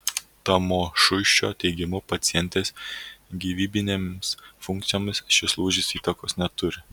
tamošuičio teigimu pacientės gyvybinėms funkcijoms šis lūžis įtakos neturi